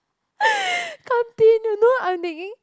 you know I'm thinking